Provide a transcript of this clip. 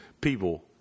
people